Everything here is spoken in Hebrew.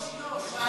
יו"ש, יו"ש.